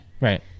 Right